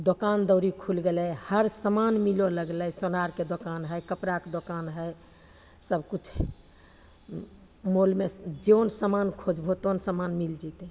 दोकान दौरी खुलि गेलै हर समान मिलऽ लागलै सोनारके दोकान हइ कपड़ाके दोकान हइ सबकिछु मॉलमे जौन समान खोजबहो तौन समान मिल जएतै